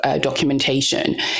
documentation